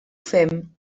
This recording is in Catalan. fem